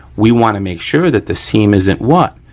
we wanna make sure that the seam isn't what?